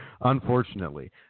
unfortunately